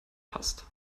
hast